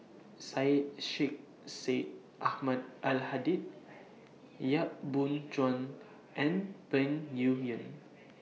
Syed Sheikh Syed Ahmad Al Hadi Yap Boon Chuan and Peng Yuyun